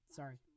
sorry